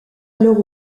alors